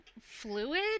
fluid